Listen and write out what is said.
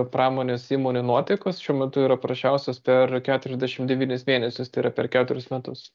pramonės įmonių nuotaikos šiuo metu yra prasčiausios per keturiasdešimt devynis mėnesius tai yra per keturis metus